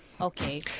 Okay